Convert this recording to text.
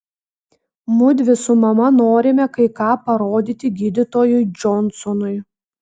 mudvi su mama norime kai ką parodyti gydytojui džonsonui